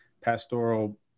pastoral